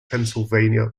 pennsylvania